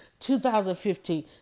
2015